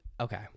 Okay